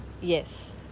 Yes